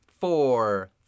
four